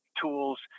tools